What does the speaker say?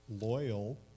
loyal